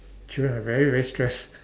children are very very stressed